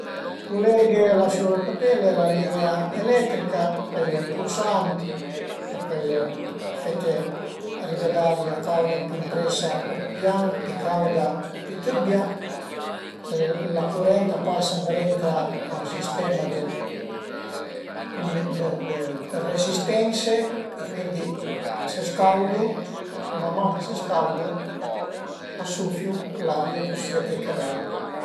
Culeghe l'asciugacapelli a la linea eletrica, a ie ën pulsant ch'a pöl fete arivé d'aria cauda pi ëmpresa o pi pian, pi cauda o pi tëbbia, la curent a pasa ëndrinta a ën sistema dë dë resistense e cuindi a së scaudu, man man ch'a së scaudu a sufiu l'aria për süete i cavei